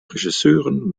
regisseuren